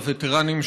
הווטרנים,